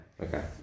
okay